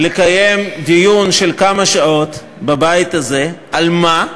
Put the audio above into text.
לקיים דיון של כמה שעות בבית הזה, על מה?